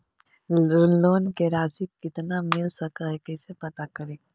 Loan के रासि कितना मिल सक है कैसे पता करी?